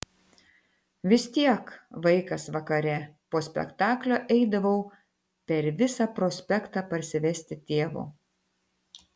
vis tiek vaikas vakare po spektaklio eidavau per visą prospektą parsivesti tėvo